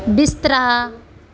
ਬਿਸਤਰਾ